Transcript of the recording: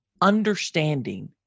understanding